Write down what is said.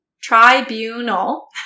tribunal